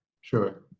sure